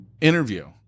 interview